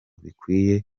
bikwiye